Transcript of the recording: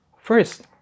First